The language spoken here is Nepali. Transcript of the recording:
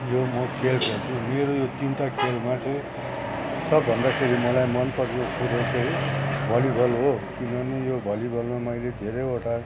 मेरो यो तिनटा खेलमा चाहिँ सबभन्दा मलाई मनपर्ने चाहिँ भलिबल हो किनभने यो भलिबलमा मैले धेरैवटा